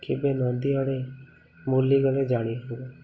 କେବେ ନଦୀ ଆଡ଼େ ବୁଲି ଗଲେ ଜାଣିି ହେବ